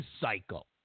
cycle